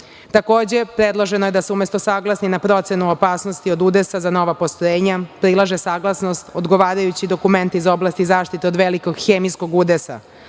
zahtev. Takođe, predloženo je da se umesto saglasni na procenu opasnosti od udesa za nova postrojenja, prilaže saglasnost, odgovarajući dokument iz oblasti zaštite od velikog hemijskog udesa,